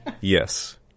Yes